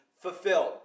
fulfilled